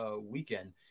weekend